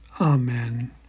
Amen